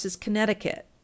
Connecticut